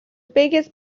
biggest